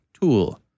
tool